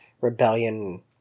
rebellion